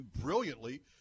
brilliantly